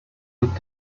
looked